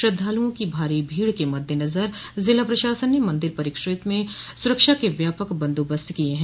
श्रद्वालुओं की भारी भीड़ के मद्देनजर ज़िला प्रशासन ने मंदिर परिक्षेत्र में सुरक्षा के व्यापक बंदोबस्त किये हैं